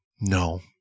No